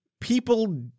People